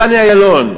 דני אילון,